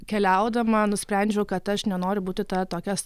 keliaudama nusprendžiau kad aš nenoriu būti ta tokias